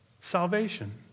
Salvation